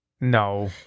No